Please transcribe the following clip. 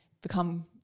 become